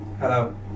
Hello